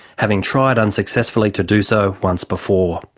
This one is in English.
having tried unsuccessfully to do so once before.